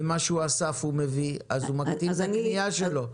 ומה שהוא אסף הוא מביא, הוא מקטין את הקנייה שלו.